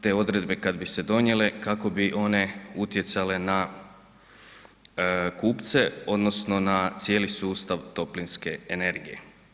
Te odredbe kad bi se donijele kako bi one utjecale na kupce odnosno na cijeli sustav toplinske energije.